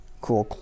cool